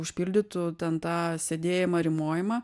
užpildytų ten tą sėdėjimą rymojimą